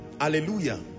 Hallelujah